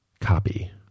copy